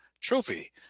trophy